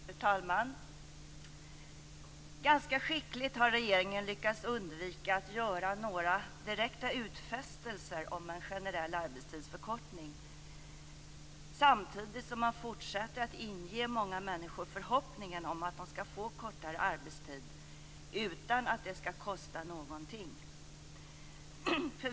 Fru talman! Ganska skickligt har regeringen lyckats undvika att göra några direkta utfästelser om en generell arbetstidsförkortning, samtidigt som man fortsätter att inge många människor förhoppningen om att de skall få kortare arbetstid utan att det skall kosta någonting.